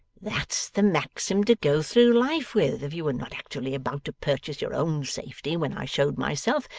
that's the maxim to go through life with! if you were not actually about to purchase your own safety when i showed myself,